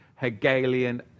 Hegelian